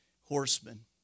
horsemen